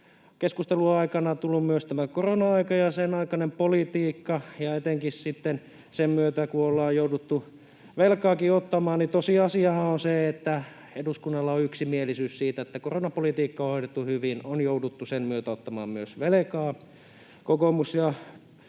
keskustelun aikana tullut myös tämä korona-aika ja sen aikainen politiikka, ja etenkin sitten se, kun sen myötä ollaan jouduttu velkaakin ottamaan. Tosiasiahan on se, että eduskunnalla on yksimielisyys siitä, että koronapolitiikka on hoidettu hyvin, mutta on jouduttu sen myötä ottamaan myös velkaa. Kokoomus